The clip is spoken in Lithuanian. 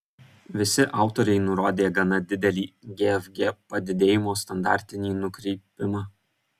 visi autoriai nurodė gana didelį gfg padidėjimo standartinį nukrypimą